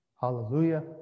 Hallelujah